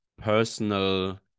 personal